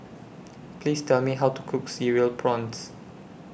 Please Tell Me How to Cook Cereal Prawns